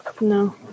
No